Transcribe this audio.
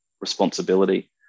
responsibility